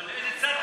אבל לאיזה צד חברו?